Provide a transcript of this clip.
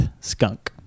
skunk